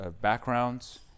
backgrounds